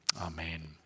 Amen